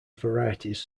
varieties